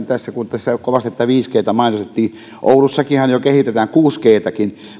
tässä kun tässä kovasti viisi g tä mainostettiin oulussakinhan jo kehitetään kuusi g